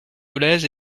dolez